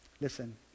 Listen